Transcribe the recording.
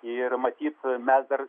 ir matyt mes dar